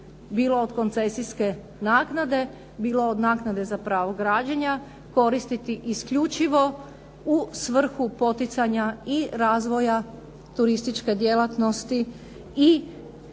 bilo od koncesijske naknade, bilo od naknade za pravo građenja koristiti isključivo u svrhu poticanja i razvoja turističke djelatnosti i